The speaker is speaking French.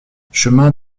chemin